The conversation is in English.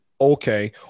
Okay